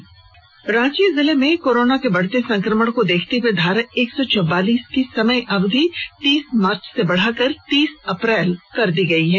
corona जांच रांची जिले में कोरोना के बढ़ते संक्रमण को देखते हए धारा एक सौ चौवालीस की समयावधि को तीस मार्च से बढ़ाकर तीस अप्रैल कर दिया गया है